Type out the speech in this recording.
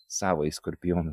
savąjį skorpionų